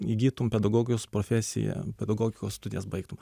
įgytum pedagogijos profesiją pedagogikos studijas baigtum